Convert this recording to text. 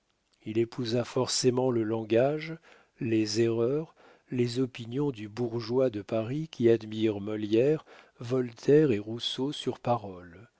il épousa forcément le langage les erreurs les opinions du bourgeois de paris qui admire molière voltaire et rousseau sur parole